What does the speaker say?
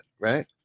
Right